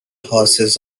horses